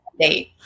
date